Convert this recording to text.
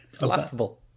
laughable